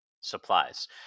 supplies